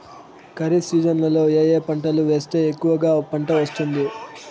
ఖరీఫ్ సీజన్లలో ఏ ఏ పంటలు వేస్తే ఎక్కువగా పంట వస్తుంది?